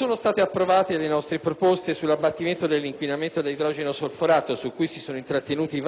sono state approvate le nostre proposte sull'abbattimento dell'inquinamento da idrogeno solforato su cui si sono intrattenuti vari emendamenti, cosa che ci viene, peraltro, richiesta dall'Organizzazione mondiale della sanità.